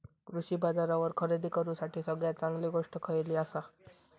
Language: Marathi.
कृषी बाजारावर खरेदी करूसाठी सगळ्यात चांगली गोष्ट खैयली आसा?